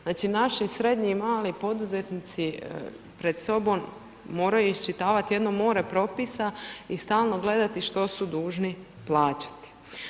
Znači naši srednji i mali poduzetnici pred sobom moraju iščitavat jedno more propisa i stalno gledati što su dužni plaćati.